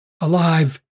alive